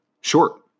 short